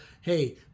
Hey